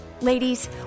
Ladies